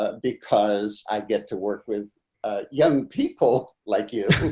ah because i get to work with young people like you,